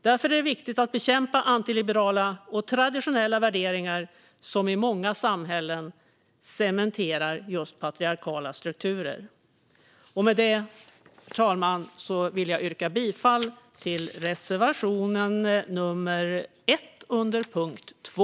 Därför är det viktigt att bekämpa antiliberala och traditionella värderingar, som i många samhällen cementerar just patriarkala strukturer. Med detta, herr talman, yrkar jag bifall till reservation 1 under punkt 2.